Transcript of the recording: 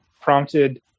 prompted